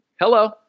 Hello